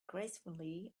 gracefully